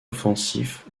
offensif